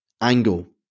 angle